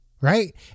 right